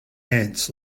ants